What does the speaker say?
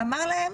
הוא אמר להם